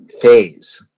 phase